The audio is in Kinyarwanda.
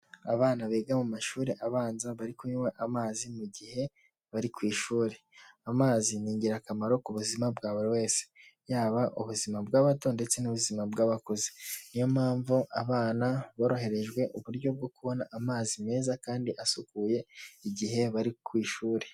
Abana biga mu mashuri abanza, bari kunywa amazi mu gihe bari ku ishuri. Amazi ni ingirakamaro ku buzima bwa buri wese. Yaba ubuzima bw'abato ndetse n'ubuzima bw'abakuze. Niyo mpamvu abana boroherejwe uburyo bwo kubona amazi meza kandi asukuye igihe bari ku ishuri.